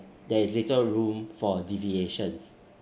there is little room for deviations